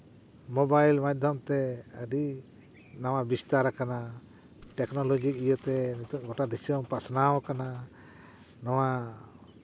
mobile ᱢᱟᱫᱽᱫᱷᱚᱢ ᱛᱮ ᱟᱹᱰᱤ ᱱᱟᱣᱟ ᱴᱮᱠᱱᱳᱞᱚᱡᱤ ᱤᱭᱟᱹᱛᱮ ᱜᱳᱴᱟ ᱫᱤᱥᱚᱢ ᱯᱟᱥᱱᱟᱣ ᱠᱟᱱᱟ ᱱᱚᱣᱟ